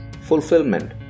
fulfillment